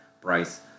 Bryce